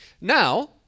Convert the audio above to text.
Now